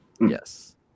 yes